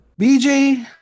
BJ